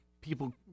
people